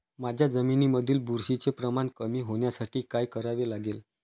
माझ्या जमिनीमधील बुरशीचे प्रमाण कमी होण्यासाठी काय करावे लागेल?